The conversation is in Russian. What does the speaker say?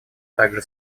также